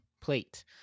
plate